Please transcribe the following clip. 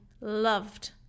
loved